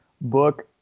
book